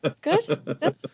good